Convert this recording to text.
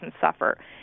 suffer